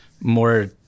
more